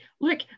look